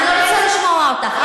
אני לא רוצה לשמוע אותך.